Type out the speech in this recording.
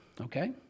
Okay